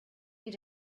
need